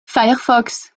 firefox